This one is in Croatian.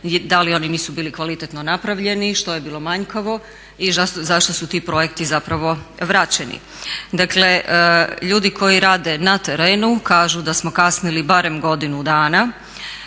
Da li oni nisu bili kvalitetno napravljeni, što je bilo manjkavo i zašto su ti projekti zapravo vraćeni. Dakle, ljudi koji rade na terenu kažu da smo kasnili barem godinu dana